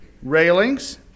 Railings